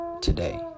today